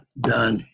done